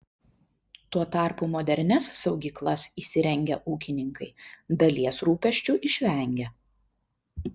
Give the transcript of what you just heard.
tuo tarpu modernias saugyklas įsirengę ūkininkai dalies rūpesčių išvengia